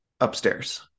upstairs